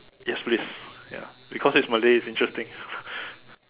yes please ya because it's Malay it's interesting